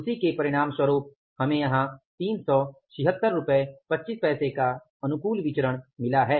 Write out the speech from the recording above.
उसी के परिणामस्वरूप हमें यहां 37625 का अनुकूल विचरण मिला है